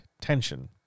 tension